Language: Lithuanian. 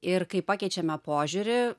ir kai pakeičiame požiūrį